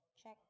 Check